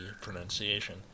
pronunciation